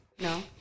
No